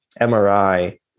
MRI